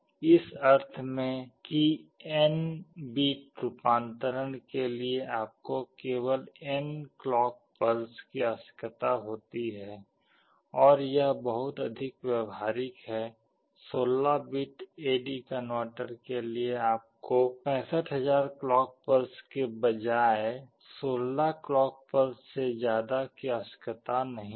इस अर्थ में कि n बिट रूपांतरण के लिए आपको केवल n क्लॉक पल्स की आवश्यकता होती है और यह बहुत अधिक व्यावहारिक है 16 बिट एडी कनवर्टर के लिए आपको 65000 क्लॉक पल्स के बजाय 16 क्लॉक पल्स से ज्यादा की आवश्यकता नहीं है